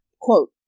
Quote